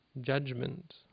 judgment